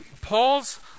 Paul's